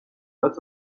دولت